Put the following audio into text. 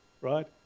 right